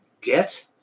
get